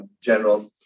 generals